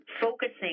focusing